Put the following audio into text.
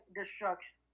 Destruction